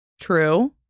True